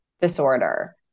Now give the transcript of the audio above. disorder